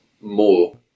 more